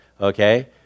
Okay